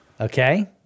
Okay